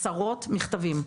עשרות כתבים,